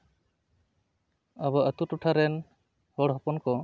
ᱟᱵᱚ ᱟᱹᱛᱩ ᱴᱚᱴᱷᱟ ᱨᱮᱱ ᱦᱚᱲ ᱦᱚᱯᱚᱱ ᱠᱚ